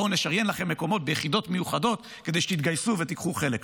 בואו נשריין לכם מקומות ביחידות מיוחדות כדי שתתגייסו ותיקחו חלק.